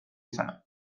izana